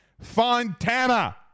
Fontana